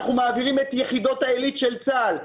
אנחנו מעבירים את יחידות העילית של צה"ל,